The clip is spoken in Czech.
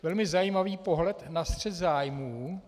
Velmi zajímavý pohled na střet zájmů.